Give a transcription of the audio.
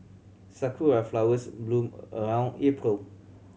sakura flowers bloom around April